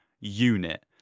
unit